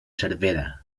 cervera